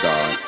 God